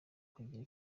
kugira